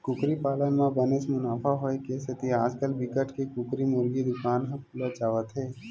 कुकरी पालन म बनेच मुनाफा होए के सेती आजकाल बिकट के कुकरी मुरगी दुकान ह खुलत जावत हे